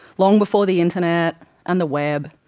long before the internet and the web,